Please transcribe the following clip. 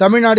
Tamil Nadu